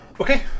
Okay